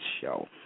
show